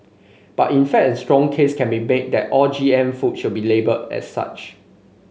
but in fact a strong case can be made that all G M food should be labelled as such